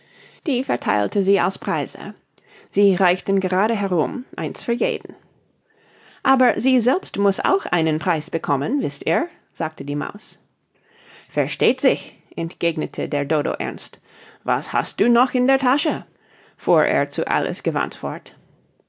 die vertheilte sie als preise sie reichten gerade herum eins für jeden aber sie selbst muß auch einen preis bekommen wißt ihr sagte die maus versteht sich entgegnete der dodo ernst was hast du noch in der tasche fuhr er zu alice gewandt fort